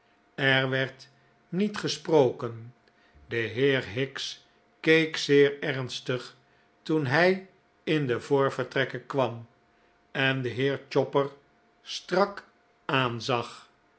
er werd niet gesproken de heer higgs keek zeer ernstig toen hij in de voorvertrekken kwam en den heer chopper strak aanzag